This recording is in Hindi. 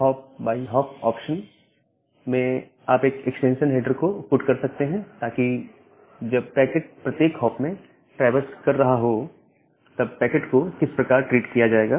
hop by hop option Hop by hop option0 में आप एक एक्सटेंशन हेडर को पुट कर सकते हैं ताकि जब पैकेट प्रत्येक हॉप में ट्रैवर्स कर रहा हो तब पैकेट को किस प्रकार ट्रीट किया जाएगा